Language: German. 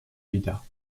wieder